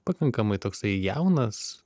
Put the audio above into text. pakankamai toksai jaunas